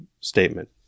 statement